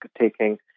taking